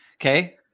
Okay